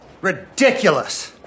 Ridiculous